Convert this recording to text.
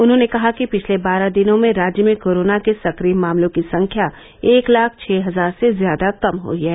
उन्होंने कहा कि पिछले बारह दिनों में राज्य में कोरोना के सक्रिय मामलों की संख्या एक लाख छः हजार से ज्यादा कम हुयी है